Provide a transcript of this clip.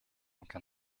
manque